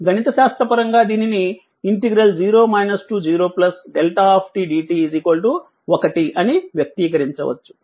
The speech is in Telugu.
గణిత శాస్త్ర పరంగా దీనిని 0 0δ dt 1 అని వ్యక్తీకరించవచ్చు